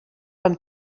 from